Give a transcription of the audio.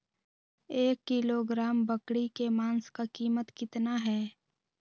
एक किलोग्राम बकरी के मांस का कीमत कितना है?